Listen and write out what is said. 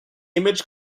image